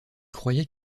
croyais